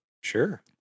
Sure